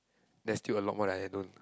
there's still a lot more that I don't